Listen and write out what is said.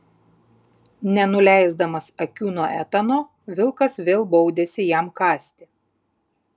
nenuleisdamas akių nuo etano vilkas vėl baudėsi jam kąsti